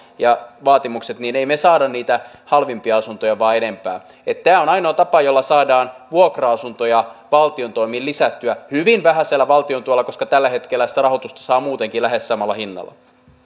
ja vaatimukset olisivat samalla tasolla että saisimme niitä halvimpia asuntoja enempää tämä on ainoa tapa jolla saadaan vuokra asuntoja valtion toimin lisättyä hyvin vähäisellä valtion tuella koska tällä hetkellä sitä rahoitusta saa muutenkin lähes samalla hinnalla